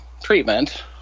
Treatment